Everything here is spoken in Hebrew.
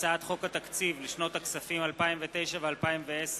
הצעת חוק התקציב לשנות הכספים 2009 ו-2010,